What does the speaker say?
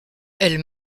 elle